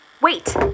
Wait